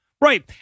Right